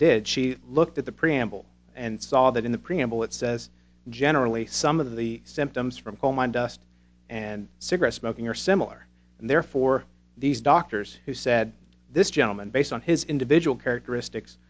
did she looked at the preamble and saw that in the preamble it says generally some of the symptoms from coal mine dust and cigarette smoking are similar and therefore these doctors who said this gentleman based on his individual characteristics